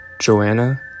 Joanna